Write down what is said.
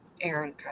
Aaron